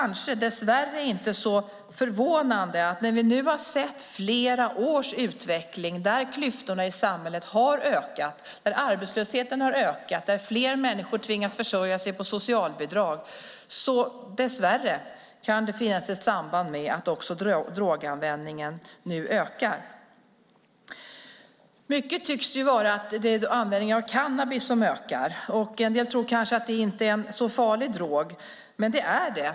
När vi nu har sett flera års utveckling där klyftorna i samhället har ökat, där arbetslösheten har ökat och där fler människor tvingas försörja sig på socialbidrag är det dess värre kanske inte så förvånande att det kan finnas ett samband med att droganvändningen nu ökar. Det tycks vara så att det är användningen av cannabis som ökar. En del tror kanske att det inte är en så farlig drog, men det är det.